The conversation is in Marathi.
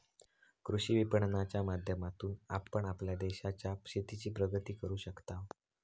कृषी विपणनाच्या माध्यमातून आपण आपल्या देशाच्या शेतीची प्रगती करू शकताव